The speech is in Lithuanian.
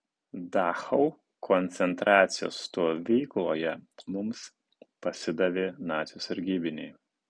dachau koncentracijos stovykloje mums pasidavė nacių sargybiniai